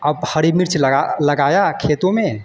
अब हरी मिर्च लगा लगाया खेतों में